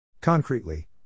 Concretely